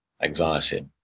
anxiety